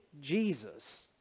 Jesus